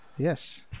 Yes